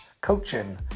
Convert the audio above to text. coaching